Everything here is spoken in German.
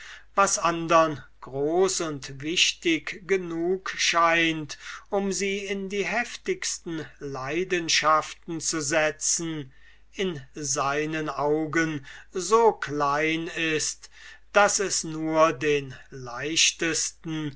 was andern groß und wichtig genug scheint um sie in die heftigsten leidenschaften zu setzen in sei nen augen so klein ist daß es nur den leichtesten